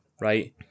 right